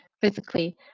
physically